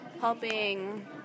helping